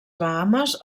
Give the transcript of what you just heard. bahames